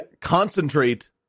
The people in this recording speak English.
concentrate